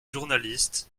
journalistes